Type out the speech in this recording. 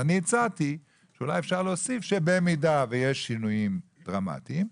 אני הצעתי שאולי אפשר להוסיף שבמידה ויש שינויים דרמטיים,